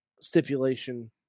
stipulation